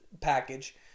package